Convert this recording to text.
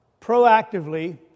proactively